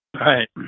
right